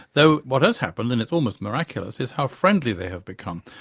though what has happened and it's almost miraculous is how friendly they have become.